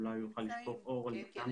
אולי הוא יוכל לשפוך אור גם כן.